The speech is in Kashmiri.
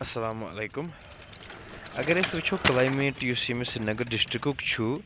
اَسَلامُ علیکُم اگر أسۍ وٕچھو کٕلایمیٹ یُس ییٚمہِ سرینگر ڈِسٹرکُک چھُ